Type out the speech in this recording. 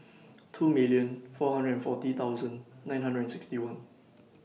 two million four hundred and forty thousand nine hundred and sixty one